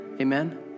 Amen